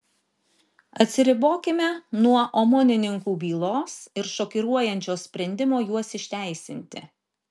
atsiribokime nuo omonininkų bylos ir šokiruojančio sprendimo juos išteisinti